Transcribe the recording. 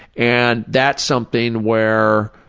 and that's something where,